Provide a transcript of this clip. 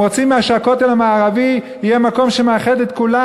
הם רוצים שהכותל המערבי יהיה מקום שמאחד את כולם.